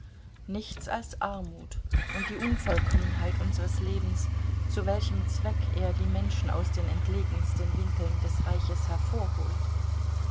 nichts als armut und die unvollkommenheit unseres lebens zu welchem zweck er die menschen aus den entlegensten winkeln des reiches hervorholt